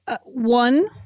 One